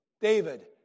David